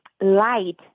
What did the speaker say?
light